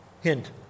Hint